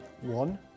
one